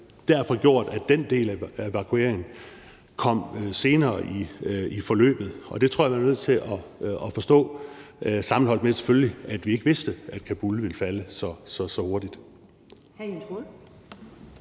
fald gjort, at den del af evakueringen kom senere i forløbet, og det tror jeg man er nødt til at forstå – selvfølgelig sammenholdt med, at vi ikke vidste, at Kabul ville falde så hurtigt.